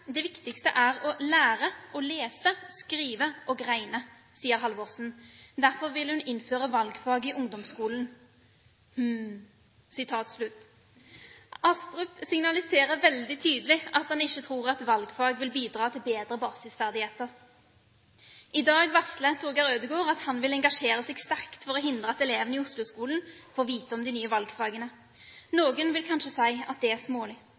er å lære å lese, skrive og regne sier Halvorsen. Derfor vil hun innføre valgfag i ungdomsskolen. Hm.» Astrup signaliserer veldig tydelig at han ikke tror at valgfag vil bidra til bedre basisferdigheter. I dag varsler Torger Ødegaard at han vil engasjere seg sterkt for å hindre at elevene i Osloskolen får vite om de nye valgfagene. Noen vil kanskje si at det er smålig.